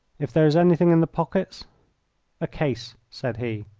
if there is anything in the pockets a case, said he.